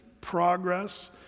progress